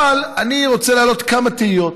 אבל אני רוצה להעלות כמה תהיות.